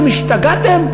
אתם השתגעתם,